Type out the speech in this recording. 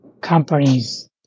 companies